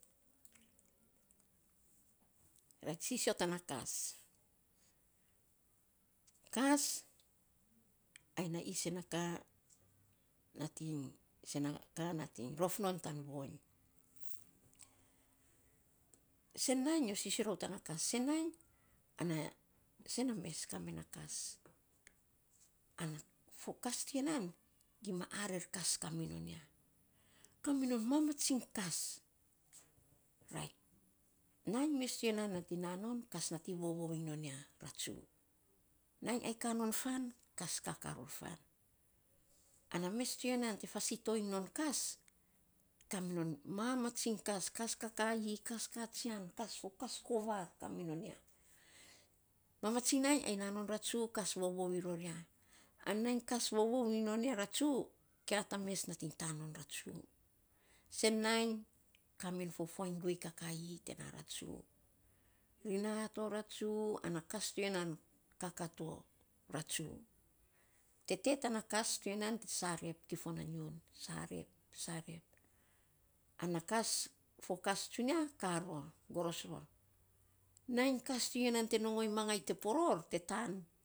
rait, sisio tana kas. Kas ai na isen a ka nating nating rof non tan voiny. Sen nainy nyo sisio rou tana kas. San nainy ana sen na mes kame na ka. an fo kas ti ya nan, gima arer kas ka minon ya. Ka minon mamatsiny kas. Rait nainy mes tsunia nating na non, kas nating vovou iny non ya ratsu. Nainy ai ka non faan, kas kaka ror fan. Ana mes to ya nan te fasito iny non kas ka minon mamatsiny kas. Kas kakaii, kas katsian, kas fo kas kovar ka minon ya. Matsin ai na non ratsu, kas vovou iny ror ya. An nainy kas vovou iny ra ya ratsu, kia ta mes nating vovou iny non ya ratsu. Sen nainy ka men fo fuainy guei kakaii te na ratsu. Ri na to ratsu, ana kas tu ya sarep kifon na ngiun sarep sarep ana kas fo kas tsunia ka ror, soros ror. Kainy kas tuvi ya te ngon giny te poral te tan.